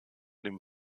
dem